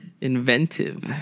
inventive